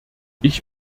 ich